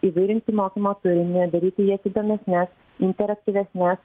įvairinti mokymo turinį daryti jas įdomesnes interaktyvesnes